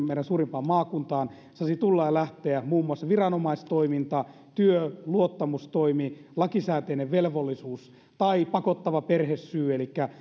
meidän suurimpaan maakuntaamme saisi tulla ja sieltä lähteä muun muassa viranomaistoiminta työ luottamustoimi lakisääteinen velvollisuus tai pakottava perhesyy elikkä